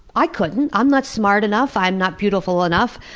i couldn't. i'm not smart enough, i'm not beautiful enough,